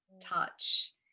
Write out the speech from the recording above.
touch